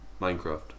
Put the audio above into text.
Minecraft